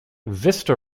vista